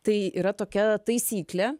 tai yra tokia taisyklė